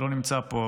שלא נמצא פה,